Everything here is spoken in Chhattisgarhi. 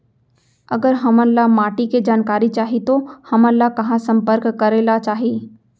अगर हमन ला माटी के जानकारी चाही तो हमन ला कहाँ संपर्क करे ला चाही?